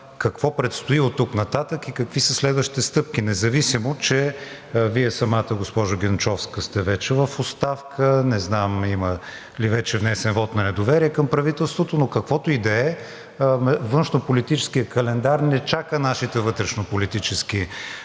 какво предстои оттук нататък и какви са следващите стъпки, независимо че Вие самата, госпожо Генчовска, сте вече в оставка. Не знам има ли вече внесен вот на недоверие към правителството, но каквото и да е, външнополитическият календар не чака нашите вътрешнополитически драми